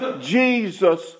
Jesus